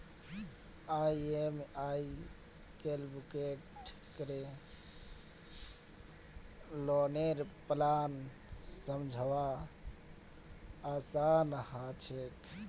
EMI calculate करे लौनेर plan समझवार आसान ह छेक